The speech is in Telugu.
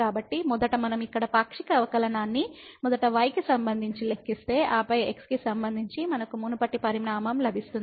కాబట్టి మొదట మనం ఇక్కడ పాక్షిక అవకలనాన్ని మొదట y కి సంబంధించి లెక్కిస్తే ఆపై x కి సంబంధించి మనకు మునుపటి పరిమాణం లభిస్తుంది